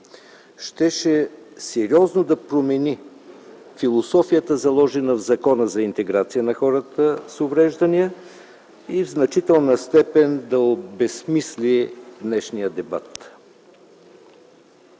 щеше сериозно да промени философията, заложена в Закона за интеграция на хората с увреждания, и в значителна степен да обезсмисли днешния дебат.